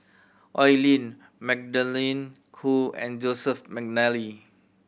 Oi Lin Magdalene Khoo and Joseph McNally